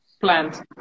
plant